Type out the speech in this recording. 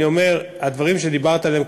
אני אומר שהדברים שדיברת עליהם,